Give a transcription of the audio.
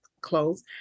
close